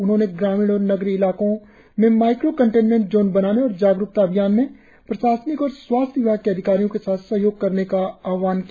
उन्होंने ग्रामीण और नगरीय इलाकों में माईक्रो कंटेनमेंट जोन बनाने और जागरुकता अभियान में प्रशासनिक और स्वास्थ्य विभाग के अधिकारियों के साथ सहयोग करने का आहवान किया